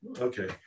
Okay